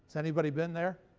anybody been there?